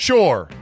Sure